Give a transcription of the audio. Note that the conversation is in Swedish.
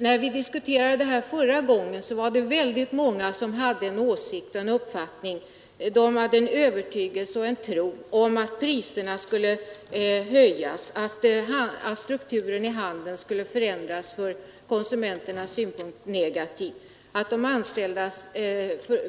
När vi diskuterade ärendet förra gången var det många som hade en åsikt och en uppfattning, en övertygelse och en tro att priserna skulle komma att höjas, att strukturen hos handeln skulle förändras i en från konsumenternas synpunkt negativ riktning och att de anställdas